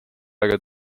aega